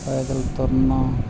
ਪੈਦਲ ਤੁਰਨਾ